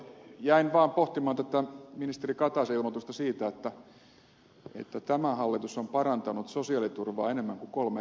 jäin vaan pohtimaan tätä ministeri kataisen ilmoitusta siitä että tämä hallitus on parantanut sosiaaliturvaa enemmän kuin kolme edellistä yhteensä